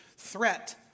Threat